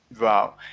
Wow